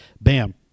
bam